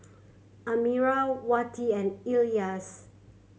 Amirah Wati and Elyas